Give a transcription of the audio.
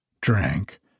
drank